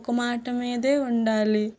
ఒక మాట మీదే ఉండాలి